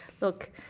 Look